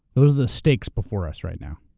those are the stakes before us right now.